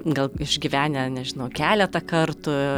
gal išgyvenę nežinau keletą kartų